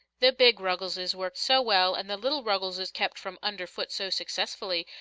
the big ruggleses worked so well, and the little ruggleses kept from under foot so successfully,